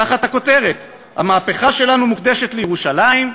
תחת הכותרת: המהפכה שלנו מוקדשת לירושלים,